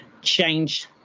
change